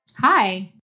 Hi